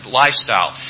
lifestyle